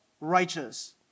righteous